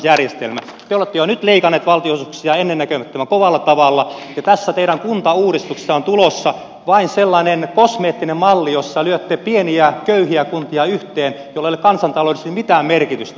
te olette jo nyt leikanneet valtionosuuksia ennennäkemättömän kovalla tavalla ja tästä teidän kuntauudistuksestanne on tulossa vain sellainen kosmeettinen malli jossa lyötte pieniä köyhiä kuntia yhteen millä ei ole kansantaloudellisesti mitään merkitystä